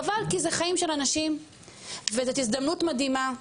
חבל כי זה חיים של אנשים וזאת הזדמנות מדהימה,